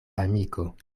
amiko